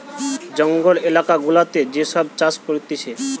জঙ্গল এলাকা গুলাতে যে সব চাষ করতিছে